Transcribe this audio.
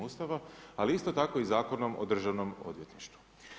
Ustava, ali isto tako Zakonom o Državnom odvjetništvu.